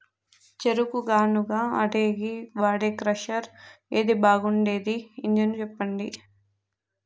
చెరుకు గానుగ ఆడేకి వాడే క్రషర్ ఏది బాగుండేది ఇంజను చెప్పండి?